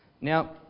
Now